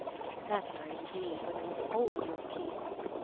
but better, indeed, when you hold your peace.